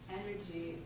energy